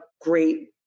great